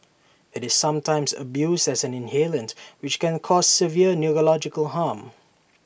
IT is sometimes abused as an inhalant which can cause severe neurological harm